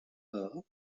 her